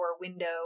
window